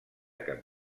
cap